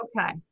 Okay